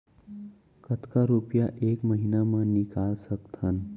कतका रुपिया एक महीना म निकाल सकथन?